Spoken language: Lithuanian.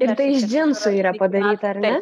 ir tai iš džinsų yra padaryta ar ne